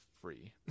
free